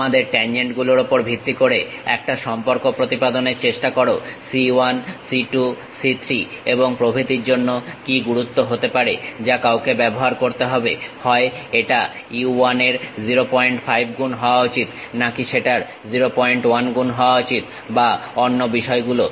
তোমাদের ট্যানজেন্ট গুলোর উপর ভিত্তি করে একটা সম্পর্ক প্রতিপাদনের চেষ্টা করো c 1 c 2 c 3 এবং প্রভৃতির জন্য কি গুরুত্ব হতে পারে যা কাউকে ব্যবহার করতে হবে হয় এটা u 1 এর 05 গুণ হওয়া উচিত নাকি সেটার 01 গুণ হওয়া উচিত বা অন্য বিষয়গুলো